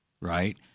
right